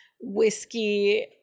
whiskey